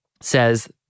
says